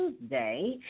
Tuesday